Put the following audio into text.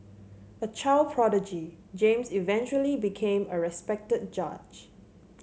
a child prodigy James eventually became a respected judge